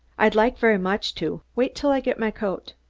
i'd like very much to. wait till i get my coat!